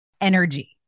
energy